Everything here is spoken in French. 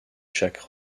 jacques